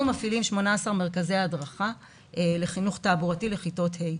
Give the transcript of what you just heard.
אנחנו מפעילים 18 מרכזי הדרכה לחינוך תעבורתי לכיתות ה',